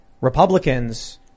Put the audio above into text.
Republicans